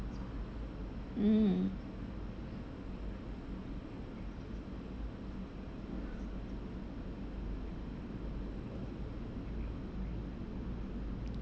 mm